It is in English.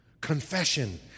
Confession